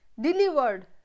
delivered